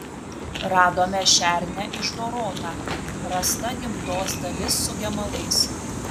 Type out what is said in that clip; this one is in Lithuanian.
radome šernę išdorotą rasta gimdos dalis su gemalais